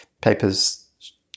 papers